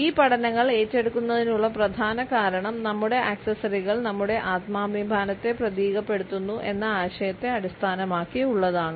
ഈ പഠനങ്ങൾ ഏറ്റെടുക്കുന്നതിനുള്ള പ്രധാന കാരണം നമ്മുടെ ആക്സസറികൾ നമ്മുടെ ആത്മാഭിമാനത്തെ പ്രതീകപ്പെടുത്തുന്നു എന്ന ആശയത്തെ അടിസ്ഥാനമാക്കിയുള്ളതാണ്